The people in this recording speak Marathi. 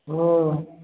हो